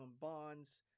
bonds